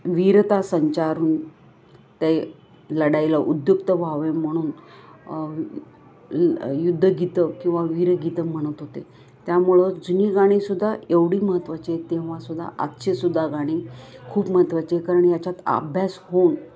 वीरता संचारून ते लढायला उद्युक्त व्हावे म्हणून युद्धगीतं किंवा वीरगीतं म्हणत होते त्यामुळं जुनी गाणीसुद्धा एवढी महत्वाचे तेव्हा सुुधा आजचे सुद्धा गाणी खूप महत्त्वाचे कारण या्च्यात आभ्यास होऊन